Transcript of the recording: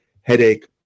headache